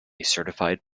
certified